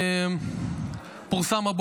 לצערנו,